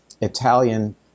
Italian